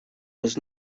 was